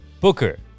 Booker